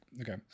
okay